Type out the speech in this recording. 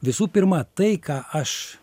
visų pirma tai ką aš